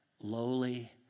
lowly